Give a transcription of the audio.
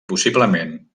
possiblement